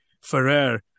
Ferrer